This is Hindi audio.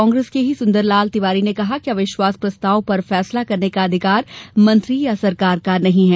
कांग्रेस के ही सुदरलाल तिवारी ने कहा कि अविश्वास प्रस्ताव पर फैसला करने का अधिकार मंत्री या सरकार का नहीं है